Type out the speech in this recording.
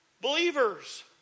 believers